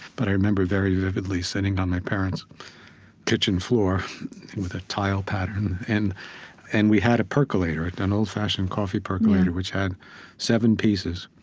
but i remember, very vividly, sitting on my parents' kitchen floor with a tile pattern, and and we had a percolator, an and old-fashioned coffee percolator, which had seven pieces.